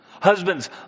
Husbands